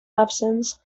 absence